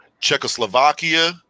Czechoslovakia